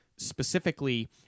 specifically